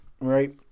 right